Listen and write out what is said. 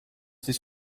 this